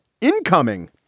incoming